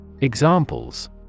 Examples